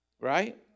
Right